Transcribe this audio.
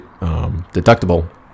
deductible